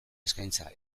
eskaintza